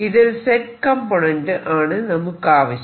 ഇതിൽ Z component ആണ് നമുക്കാവശ്യം